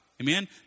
Amen